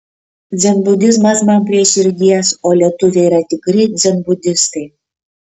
dzenbudizmas man prie širdies o lietuviai yra tikri dzenbudistai